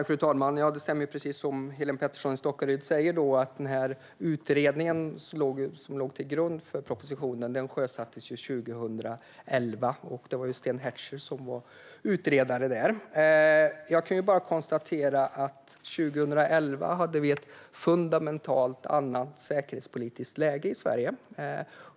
Fru talman! Ja, det stämmer, som Helene Petersson i Stockaryd säger, att den utredning som låg till grund för propositionen sjösattes 2011. Det var Sten Heckscher som var utredare. Jag kan bara konstatera att vi 2011 hade ett fundamentalt annat säkerhetspolitiskt läge i Sverige.